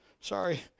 Sorry